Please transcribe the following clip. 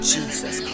Jesus